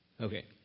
Okay